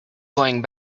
going